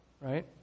right